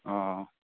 অঁ